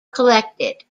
collected